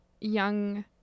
young